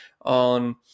on